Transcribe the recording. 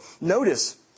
Notice